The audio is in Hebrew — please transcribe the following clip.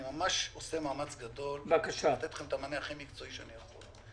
אני עושה מאמץ גדול לתת לכם את המענה הכי מקצועי שאני יכול.